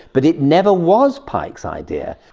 but it never was pyke's idea.